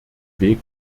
weg